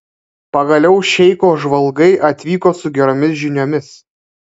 pagaliau šeicho žvalgai atvyko su geromis žiniomis